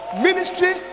ministry